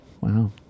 Wow